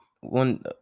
one